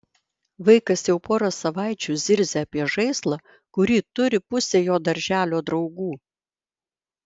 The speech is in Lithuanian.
vaikas jau porą savaičių zirzia apie žaislą kurį turi pusė jo darželio draugų